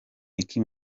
nicki